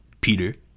Peter